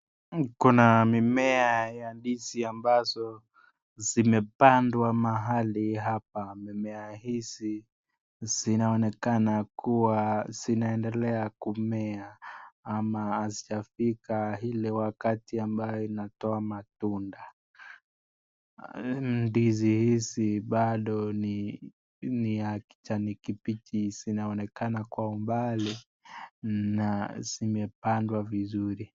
Kuna mimea ya ndizi ambazo zimepandwa mahali hapa. Mimea hizi zinaonekana kuwa zinaendelea kumea ama hazijafika ile wakati ambayo inatoa matunda. Ndizi hizi bado ni ya kijani kibichi. Zinaonekana kwa umbali na zimepandwa vizuri.